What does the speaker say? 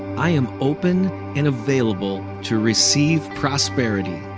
i am open and available to receive prosperity.